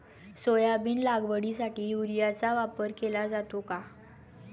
Soybean लागवडीसाठी युरियाचा वापर केला जातो का?